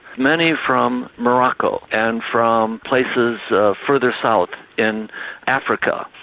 many from morocco, and from places further south in africa.